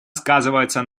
сказываются